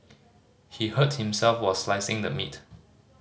he hurt himself while slicing the meat